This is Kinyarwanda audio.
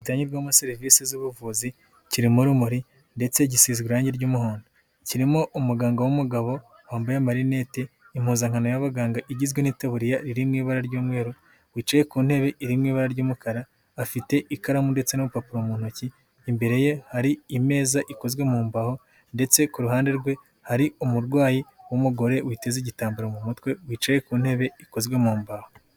Bitangegirwamo serivisi z'ubuvuzi, kiririmo Urumuri ndetse gisizwe irangi ry'umuhondo. Kirimo umuganga w'umugabo wambaye marinete, impozankano yabaganga igizwe n'iteburiya irimwo ibara ry'umweru wicaye ku ntebe iririmo ibara ry'umukara, afite ikaramu ndetse n'urupapuro mu ntoki, imbere ye hari imeza ikozwe mu mbaho ndetse ku ruhande rwe hari umurwayi w'umugore uteze igitambaro mu mutwe wicaye ku ntebe ikozwe mu mbaho.